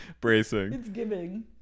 Bracing